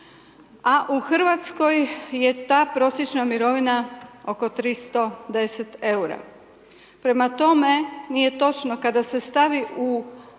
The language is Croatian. a u Hrvatskoj je ta prosječna mirovina oko 310 eura. Prema tome, nije točno kada se stavi u omjer